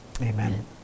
Amen